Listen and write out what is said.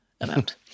amount